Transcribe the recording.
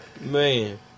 Man